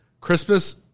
christmas